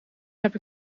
heb